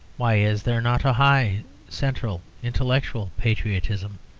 why is there not a high central intellectual patriotism,